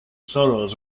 sorrows